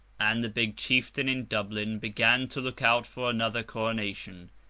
and the big chieftain in dublin began to look out for another coronation,